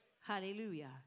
Hallelujah